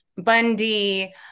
Bundy